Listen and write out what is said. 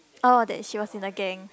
oh that she was in the gang